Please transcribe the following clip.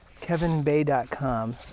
kevinbay.com